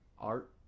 art